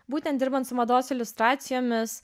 būtent dirbant su mados iliustracijomis